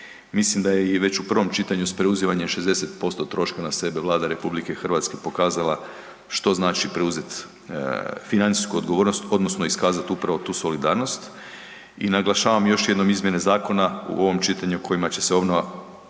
Mislim da je i već u prvom čitanju s preuzimanjem 60% troška na sebe, Vlada RH pokazala što znači preuzeti financijsku odgovornost, odnosno iskazati upravo tu solidarnost i naglašavam još jednom izmjene zakona, u ovom čitanju kojima će se obnova